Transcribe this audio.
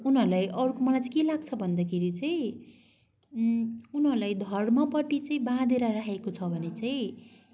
उनीहरूलाई अरू मलाई चाहिँ के लाग्छ भन्दाखेरि चाहिँ उनीहरूलाई धर्मपट्टि चाहिँ बाँधेर राखेको छ भने चाहिँ